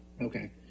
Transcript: Okay